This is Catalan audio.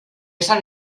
sant